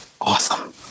awesome